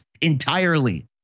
entirely